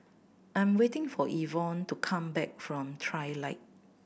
I am waiting for Evonne to come back from Trilight